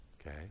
Okay